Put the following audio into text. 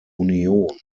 union